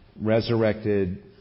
resurrected